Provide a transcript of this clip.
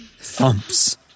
thumps